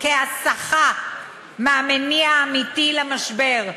כהסחה מהמניע האמיתי למשבר.